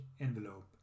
envelope